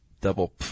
double